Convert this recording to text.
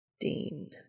Dean